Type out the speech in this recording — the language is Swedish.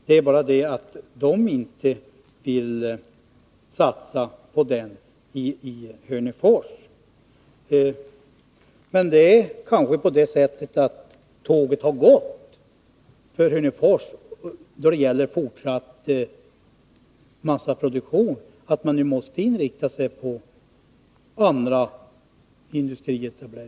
Det är bara det att industrin inte vill satsa på sådan verksamhet i Hörnefors. Det är kanske på det sättet att tåget har gått för Hörnefors då det gäller fortsatt massaproduktion och att man nu måste inrikta sig på andra industrier.